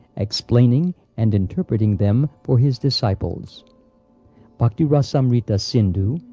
explaining and interpreting them for his disciples bhakti-rasamrita-sindhu,